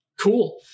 Cool